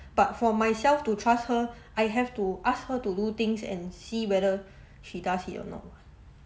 but for myself to trust her I have to ask her to do things and see whether she does it or not